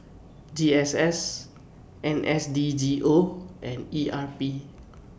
G S S N S D G O and E R P